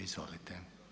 Izvolite.